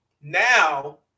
now